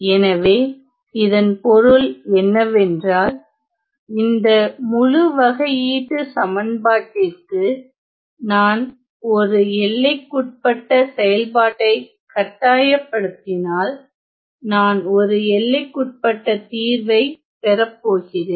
எனவே இதன் பொருள் என்னவென்றால் இந்த முழு வகையீட்டுச் சமன்பாடிற்கு நான் ஒரு எல்லைக்குட்பட்ட செயல்பாட்டைக் கட்டாயப்படுத்தினால் நான் ஒரு எல்லைக்குட்பட்ட தீர்வைப் பெறப் போகிறேன்